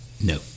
No